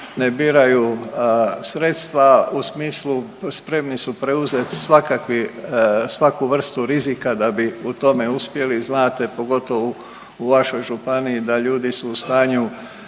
ne biraju sredstva u smislu spremni su preuzeti svaku vrstu rizika da bi u tome uspjeli. Znate pogotovo u vašoj županiji da ljudi su u stanju